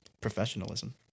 professionalism